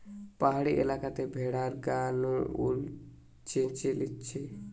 পাহাড়ি এলাকাতে ভেড়ার গা নু উল চেঁছে লিছে